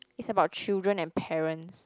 it's about children and parents